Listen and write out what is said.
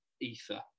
ether